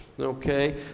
Okay